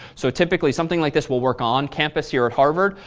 so, typically, something like this will work on campus here at harvard,